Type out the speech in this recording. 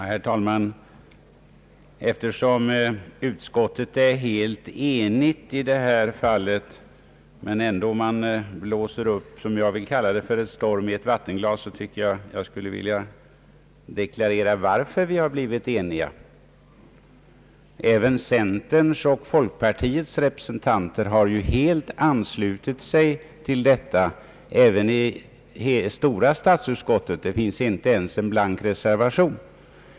Herr talman! Eftersom utskottet är helt enigt i det här fallet men man ändå blåser upp vad jag vill kalla en storm i ett vattenglas, tycker jag att jag bör deklarera varför vi har blivit eniga i utskottet. Även centerns och folkpartiets representanter i utskottet har ju helt anslutit sig till den mening som kommit till uttryck i utskottsutlåtandet. Vid utskottets plenum avgavs inte ens en blank reservation.